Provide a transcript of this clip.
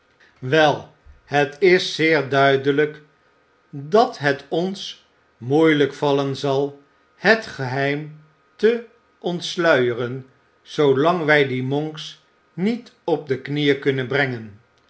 wel het is zeer duidelijk dat het ons moeielijk vallen zal het geheim te ontsluieren zoolang wij dien monks niet op de knieën kunnen brengen